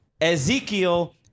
Ezekiel